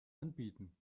anbieten